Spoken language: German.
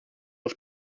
auf